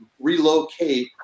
relocate